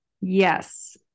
Yes